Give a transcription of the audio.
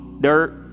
dirt